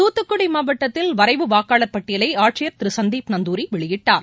தூத்துக்குடி மாவட்டத்தில் வரைவு வாக்காளர் பட்டியலை ஆட்சியர் திரு சந்தீப் நந்தூரி வெளியிட்டார்